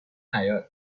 حباط